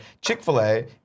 Chick-fil-A